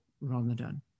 Ramadan